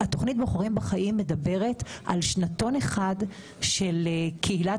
התוכנית "בוחרים בחיים" מדברת על שנתון אחד של קהילת